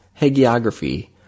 hagiography